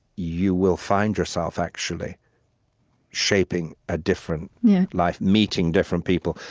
you will find yourself actually shaping a different life, meeting different people,